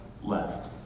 left